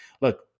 look